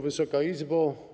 Wysoka Izbo!